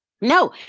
no